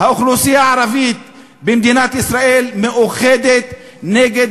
האוכלוסייה הערבית במדינת ישראל מאוחדת נגד